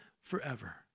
forever